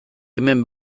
hemen